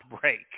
break